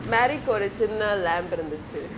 marie கு ஒரு சின்ன:ku oru chinna lamb இருந்துச்சு:irunthuchi